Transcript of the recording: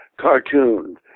cartoons